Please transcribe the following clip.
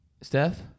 Steph